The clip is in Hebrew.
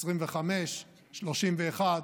25, 31,